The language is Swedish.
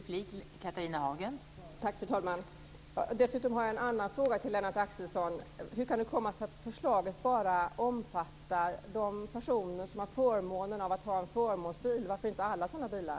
Fru talman! Jag har en annan fråga till Lennart Axelsson: Hur kan det komma sig att förslaget bara omfattar personer som har förmånen av att ha en förmånsbil? Varför omfattas inte alla sådana bilar?